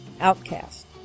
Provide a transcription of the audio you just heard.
Outcast